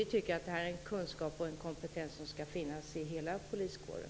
Vi tycker att det är en kunskap och kompetens som ska finnas i hela poliskåren.